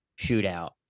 shootout